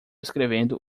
escrevendo